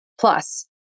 plus